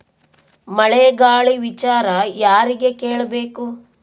ಮಳೆ ಗಾಳಿ ವಿಚಾರ ಯಾರಿಗೆ ಕೇಳ್ ಬೇಕು?